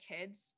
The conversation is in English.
kids